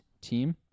team